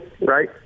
right